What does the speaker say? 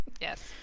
Yes